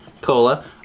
Cola